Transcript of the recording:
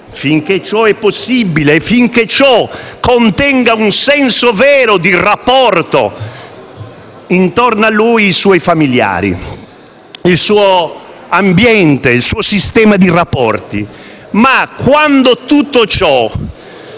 finché ciò è possibile e finché ciò contenga un senso vero di rapporto, intorno a lui dei suoi familiari, il suo ambiente, il suo sistema di rapporti. Quando però tutto ciò